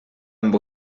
amb